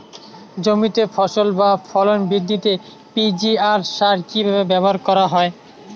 জমিতে ফসল বা ফলন বৃদ্ধিতে পি.জি.আর সার কীভাবে ব্যবহার করা হয়?